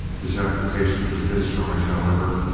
his application for discharge, however,